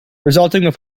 resulting